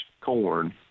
corn